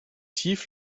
tief